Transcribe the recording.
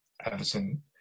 Everton